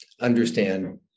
understand